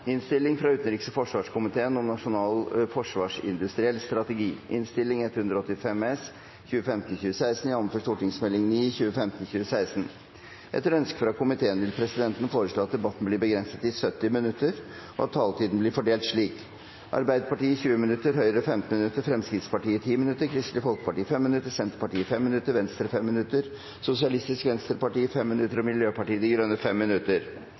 Etter ønske fra utenriks- og forsvarskomiteen vil presidenten foreslå at debatten blir begrenset til 70 minutter, og at taletiden blir fordelt slik: Arbeiderpartiet 20 minutter, Høyre 15 minutter, Fremskrittspartiet 10 minutter, Kristelig Folkeparti 5 minutter, Senterpartiet 5 minutter, Venstre 5 minutter, Sosialistisk Venstreparti 5 minutter og Miljøpartiet De Grønne 5 minutter.